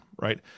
right